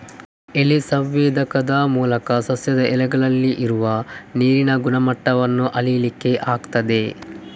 ಎಲೆ ಸಂವೇದಕದ ಮೂಲಕ ಸಸ್ಯದ ಎಲೆಗಳಲ್ಲಿ ಇರುವ ನೀರಿನ ಮಟ್ಟವನ್ನ ಅಳೀಲಿಕ್ಕೆ ಆಗ್ತದೆ